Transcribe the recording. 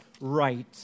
right